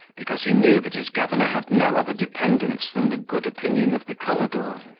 because he knew that his governor had no other dependence than the good opinion of the commodore.